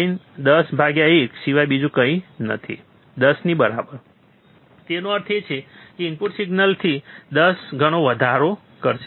Rin 101 સિવાય બીજું કંઈ નથી 10 ની બરાબર તેનો અર્થ એ છે કે તે ઇનપુટ સિગ્નલથી 10 ગણો વધારો કરશે